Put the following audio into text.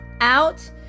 out